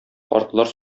картлар